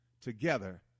together